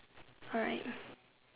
alright